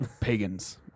Pagans